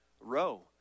row